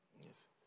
Yes